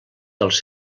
dels